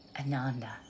Ananda